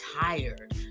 tired